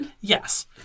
Yes